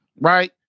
right